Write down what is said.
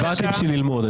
באתי בשביל ללמוד.